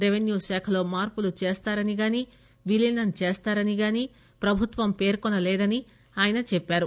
revenue శాఖలో మార్పులు చేస్తారనిగానీ విలీనం చేస్తారనిగానీ ప్రభుత్వం పేర్కొనలేదని ఆయన చెప్పారు